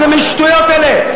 איזה מין שטויות אלה?